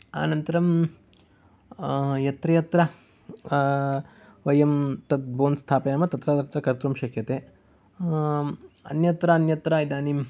अनन्तरं यत्र यत्र वयं तद् बोर्न स्थापयामः तत्र तत्र कर्तुं शक्यते अन्यत्र अन्यत्र इदानिं